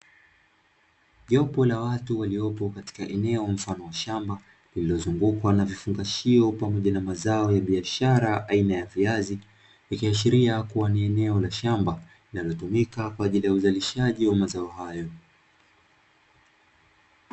Jopo la watu waliopo katika eneo mfano wa shamba, lililozungukwa na vifungashio pamoja na mazao ya biashara aina ya viazi. Ikiashiria kuwa ni eneo la shamba linalotumika kwa ajili ya uzalishaji wa mazao hayo.